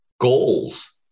goals